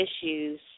issues